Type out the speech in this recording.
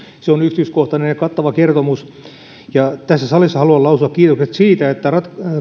se on yksityiskohtainen ja kattava kertomus tässä salissa haluan lausua kiitokset siitä että